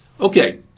Okay